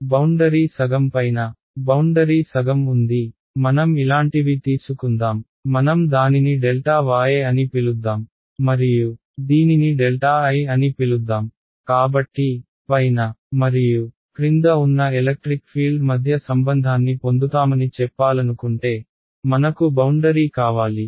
కాబట్టి బౌండరీ సగం పైన బౌండరీ సగం ఉంది మనం ఇలాంటివి తీసుకుందాం మనం దానిని y అని పిలుద్దాం మరియు దీనిని I అని పిలుద్దాం కాబట్టి పైన మరియు క్రింద ఉన్న ఎలక్ట్రిక్ ఫీల్డ్ మధ్య సంబంధాన్ని పొందుతామని చెప్పాలనుకుంటే మనకు బౌండరీ కావాలి